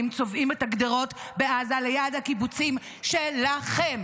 צובאים על הגדרות בעזה ליד הקיבוצים שלכם,